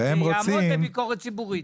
שיעמוד בביקורת ציבורית.